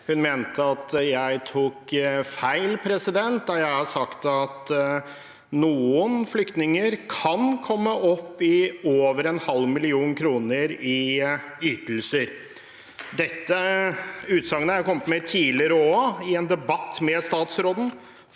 hun mente at jeg tar feil når jeg sier at noen flyktninger kan komme opp i over en halv million kroner i ytelser. Dette utsagnet har jeg kommet med tidligere i en debatt med statsråden,